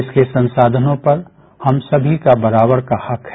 देश के संसाधनों पर हम सभी का बराबर का हक है